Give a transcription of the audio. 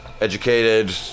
Educated